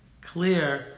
clear